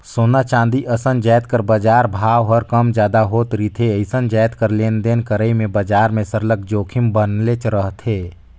सोना, चांदी असन जाएत कर बजार भाव हर कम जादा होत रिथे अइसने जाएत कर लेन देन करई में बजार में सरलग जोखिम बनलेच रहथे